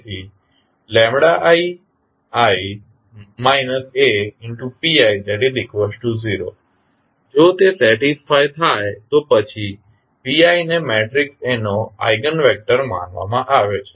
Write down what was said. તેથી i I Api0 જો તે સેટીસ્ફાય થાય તો પછી piને મેટ્રિક્સ A નો આઇગન વેક્ટર માનવામાં આવે છે